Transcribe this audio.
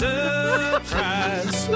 Surprise